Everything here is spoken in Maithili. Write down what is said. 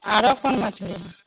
आरो कोन मछली हय